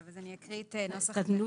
טוב, אז אני אקריא את נוסח התקנות.